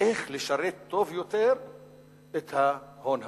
איך לשרת טוב יותר את ההון הגדול.